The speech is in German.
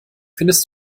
findest